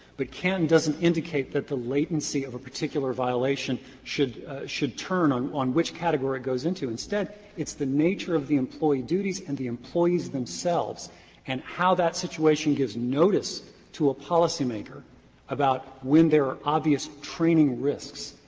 but canton doesn't indicate that the latency of a particular violation should should turn on on which category it goes into. instead, it's the nature of the employee duties and the employees themselves and how that situation gives notice to a policymaker about when there are obvious training risks.